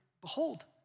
behold